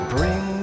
Bring